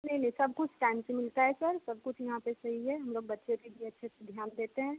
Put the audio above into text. नहीं नहीं सब कुछ टाइम से मिलता है सर सब कुछ यहाँ पर सही है हम लोग बच्चे पर भी अच्छे से ध्यान देते हैं